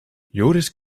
joris